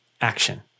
action